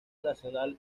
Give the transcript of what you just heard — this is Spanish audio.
nacional